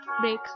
break